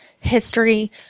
History